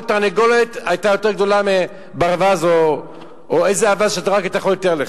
כל תרנגולת היתה יותר גדולה מברווז או איזה אווז שאתה רק יכול לתאר לך.